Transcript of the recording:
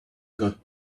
got